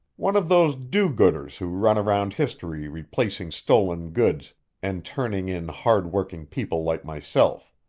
one of those do-gooders who run around history replacing stolen goods and turning in hard-working people like myself.